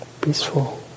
peaceful